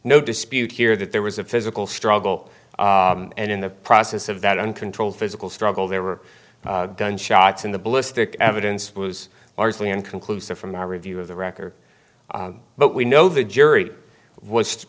no dispute here that there was a physical struggle and in the process of that uncontrolled physical struggle there were gunshots in the ballistic evidence was largely inconclusive from the review of the record but we know the jury was